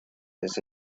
his